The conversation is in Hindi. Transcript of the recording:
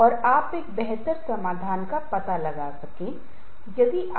तो हमें प्रबंधित करने दें हमें प्रयास करने दें